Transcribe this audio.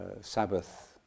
Sabbath